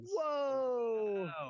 whoa